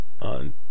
on